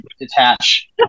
detach